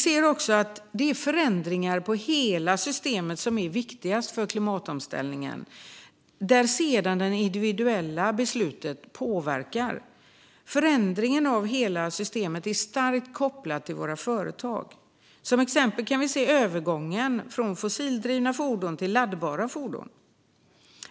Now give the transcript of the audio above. Det är förändringar av hela system som är viktigast för klimatomställningen, där sedan det individuella beslutet påverkar. Förändringen av hela systemet är starkt kopplad till våra företag. Som exempel kan vi se på övergången från fossildrivna fordon till laddbara fordon.